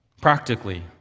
Practically